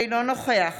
אינו נוכח